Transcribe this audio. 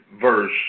verse